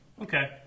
okay